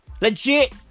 Legit